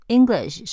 English